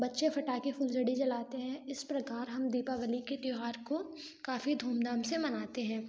बच्चे फटाखे फुलझड़ी जलाते हैं इस प्रकार दिपावली के त्यौहार को काफ़ी धूमधाम से मनाते हैं